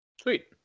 Sweet